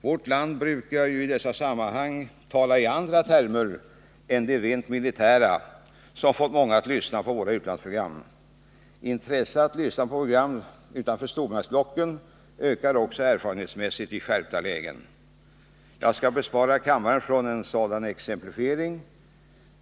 Vårt land brukar ju i dessa sammanhang tala i andra termer än de rent militära, vilket fått många att lyssna på våra utlandsprogram. Intresset för att lyssna på program utanför stormaktsblocken ökar också erfarenhetsmässigt vid skärpta lägen. Jag skall bespara kammaren en sådan exemplifiering.